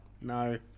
no